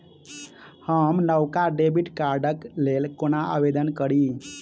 हम नवका डेबिट कार्डक लेल कोना आवेदन करी?